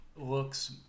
looks